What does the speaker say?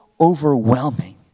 overwhelming